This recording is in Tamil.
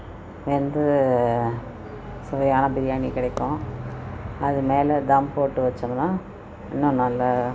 வெந்து சுவையான பிரியாணி கிடைக்கும் அதுமேலே தம் போட்டு வச்சோம்னா இன்னும் நல்லா